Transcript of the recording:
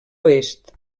oest